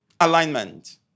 Alignment